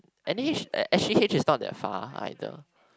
anyway S~ S_G_H is not far either